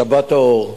1. "שבת האור"